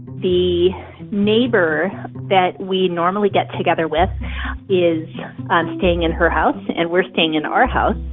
the neighbor that we normally get together with is um staying in her house, and we're staying in our house.